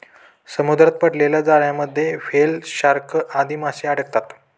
समुद्रात पडलेल्या जाळ्यांमध्ये व्हेल, शार्क आदी माशे अडकतात